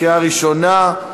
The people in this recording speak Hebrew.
לקריאה ראשונה.